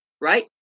right